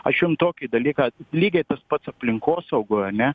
aš jum tokį dalyką lygiai tas pats aplinkosaugoj ane